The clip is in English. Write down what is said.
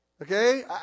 Okay